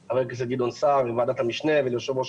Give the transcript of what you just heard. המשנה חבר הכנסת גדעון סער וליושב ראש